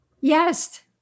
Yes